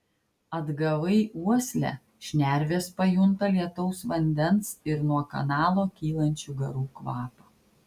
atgavai uoslę šnervės pajunta lietaus vandens ir nuo kanalo kylančių garų kvapą